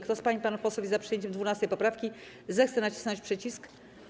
Kto z pań i panów posłów jest za przyjęciem 12. poprawki, zechce nacisnąć przycisk.